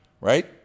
right